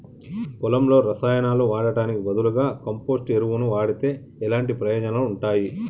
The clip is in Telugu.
పొలంలో రసాయనాలు వాడటానికి బదులుగా కంపోస్ట్ ఎరువును వాడితే ఎలాంటి ప్రయోజనాలు ఉంటాయి?